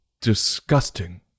disgusting